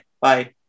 Bye